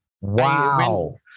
Wow